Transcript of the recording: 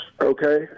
okay